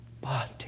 body